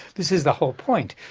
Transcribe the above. this is the whole point.